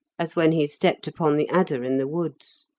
as when he stepped upon the adder in the woods.